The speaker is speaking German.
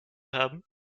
haben